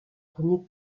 premier